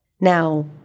Now